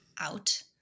out